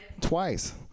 Twice